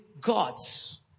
gods